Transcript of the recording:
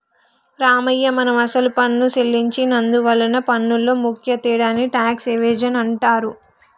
రామయ్య మనం అసలు పన్ను సెల్లించి నందువలన పన్నులో ముఖ్య తేడాని టాక్స్ ఎవేజన్ అంటారు